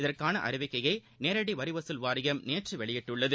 இதற்கானஅறிவிக்கையைநேரடிவரிவசூல் வாரியம் நேற்றுவெளியிட்டுள்ளது